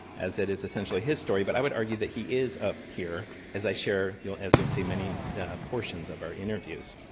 as it is essentially his story. but i would argue that he is up here as i share as you'll see many portions of our interviews.